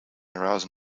arouse